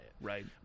Right